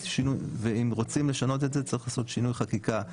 אם רוצים לשנות את זה צריך לעשות שינוי חקיקה.